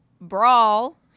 Brawl